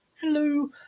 Hello